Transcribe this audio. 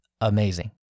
amazing